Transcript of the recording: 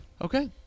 Okay